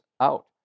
out